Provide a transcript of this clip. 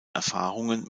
erfahrungen